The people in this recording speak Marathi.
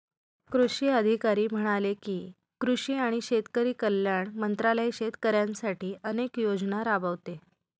कृषी अधिकारी म्हणाले की, कृषी आणि शेतकरी कल्याण मंत्रालय शेतकऱ्यांसाठी अनेक योजना राबवते